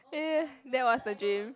ya ya that was the dream